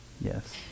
Yes